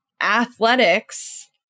athletics